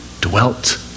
dwelt